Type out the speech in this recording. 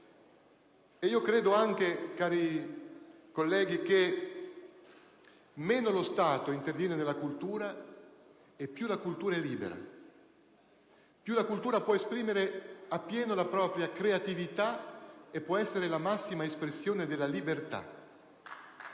e credo anche, cari colleghi, che meno lo Stato interviene nella cultura e più la cultura è libera, può esprimere appieno la propria creatività ed essere la massima espressione della libertà.